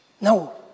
No